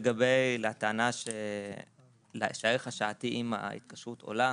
לגבי הטענה שהערך השעתי עם ההתקשרות עולה,